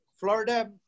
Florida